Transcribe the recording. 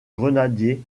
grenadiers